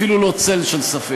אפילו לא צל של ספק,